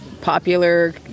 popular